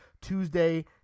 Tuesday